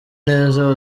neza